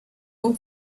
what